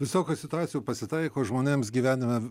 visokių situacijų pasitaiko žmonėms gyvenime